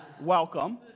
welcome